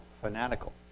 fanatical